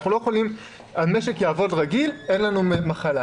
אנחנו לא יכולים שהמשק יעבוד רגיל כאילו אין מחלה.